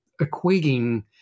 equating